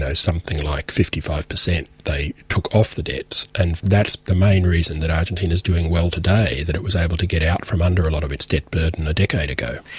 something like fifty five percent they took off the debts, and that's the main reason that argentina is doing well today, that it was able to get out from under a lot of its debt burden a decade ago.